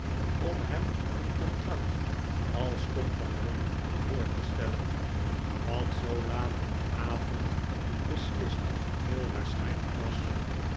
om hem een contract als compagnon voor te stellen wat zoo laat in den avond beslist heel waarschijnlijk was